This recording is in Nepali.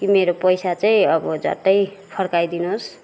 कि मेरो पैसा चाहिँ अब झट्टै फर्काइदिनोस्